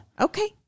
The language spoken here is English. Okay